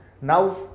now